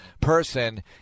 person